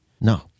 No